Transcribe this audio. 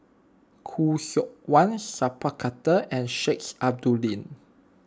Khoo Seok Wan Sat Pal Khattar and Sheik Alau'ddin